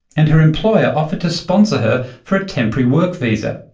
and her employer offered to sponsor her for a temporary work visa,